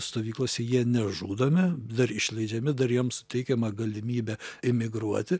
stovyklose jie nežudomi dar išleidžiami dar jiem suteikiama galimybė emigruoti